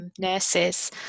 nurses